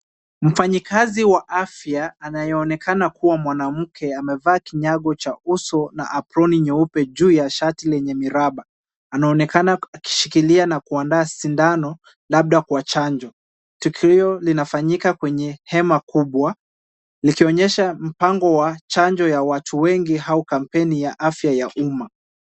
Mfanyikazi wa afya, anayeonekana kuwa mwanamke, amevaa kiny'ago cha uso na aproni nyeupe juu ya shati lenye miraba. Anaonekana akishikilia na kuandaa sindano, labda kwa chanjo. Tukio hiyo linafanyika kwenye hema kubwa, likionyesha mpango wa chanjo ya watu wengi au kampeni ya afya ya uma.